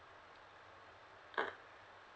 uh